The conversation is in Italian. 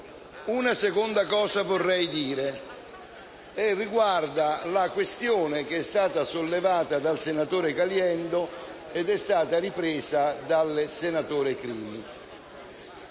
una seconda cosa, che riguarda la questione che è stata sollevata dal senatore Caliendo e ripresa dal senatore Crimi.